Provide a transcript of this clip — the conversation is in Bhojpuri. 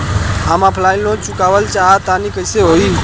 हम ऑफलाइन लोन चुकावल चाहऽ तनि कइसे होई?